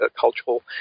cultural